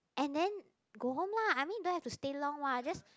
and then go home lah I mean don't have to stay long what just